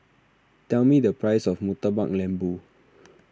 tell me the price of Murtabak Lembu